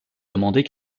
demandait